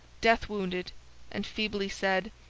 death-wounded, and feebly said,